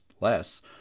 less